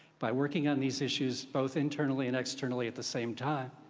by working on these issues, both internally and externally at the same time,